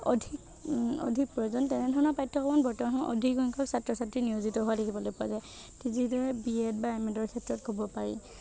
অধিক অধিক প্ৰয়োজন তেনেধৰণৰ পাঠ্যক্ৰম বৰ্তমান সময়ত অধিক সংখ্যক ছাত্ৰ ছাত্ৰী নিয়োজিত হোৱা দেখিবলৈ পোৱা যায় যিদৰে বি এড বা এম এডৰ ক্ষেত্ৰত ক'ব পাৰি যে